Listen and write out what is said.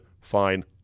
fine